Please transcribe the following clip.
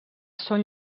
són